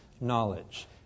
knowledge